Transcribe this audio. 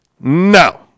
No